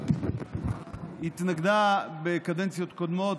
בקדנציות הקודמות,